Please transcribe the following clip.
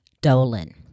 Dolan